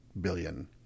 billion